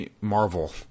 Marvel